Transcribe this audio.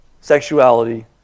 Sexuality